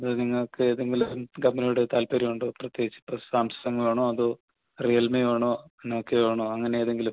അതോ നിങ്ങൾക്ക് ഏതെങ്കിലും കമ്പനിയോട് താൽപ്പര്യമുണ്ടൊ പ്രത്യേകിച്ചിപ്പം സാംസങ്ങ് വേണോ അതോ റിയൽമി വേണോ നോക്കിയ വേണോ അങ്ങനെ ഏതെങ്കിലും